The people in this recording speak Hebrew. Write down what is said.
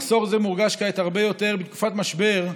מחסור זה מורגש כעת הרבה יותר, בתקופת משבר,